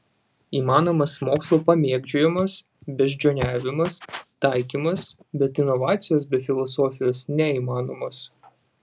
įmanomas mokslo pamėgdžiojimas beždžioniavimas taikymas bet inovacijos be filosofijos neįmanomos